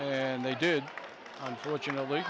and they did unfortunately